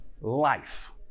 life